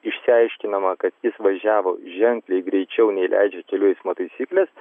išsiaiškinama jis važiavo ženkliai greičiau nei leidžia kelių eismo taisyklės